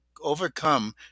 overcome